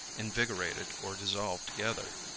invigorated or dissolved together.